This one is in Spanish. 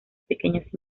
pequeños